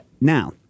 Now